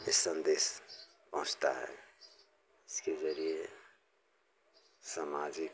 इस सन्देश पहुँचता है इसके जरिए समाजिक